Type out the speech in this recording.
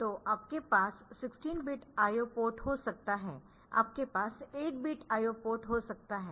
तो आपके पास 16 बिट IO पोर्ट हो सकता है आपके पास 8 बिट I O पोर्ट हो सकता है